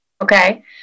Okay